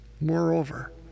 Moreover